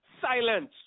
silence